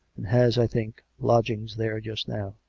and has, i think, lodgings there just now.